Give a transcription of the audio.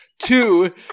Two